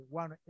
one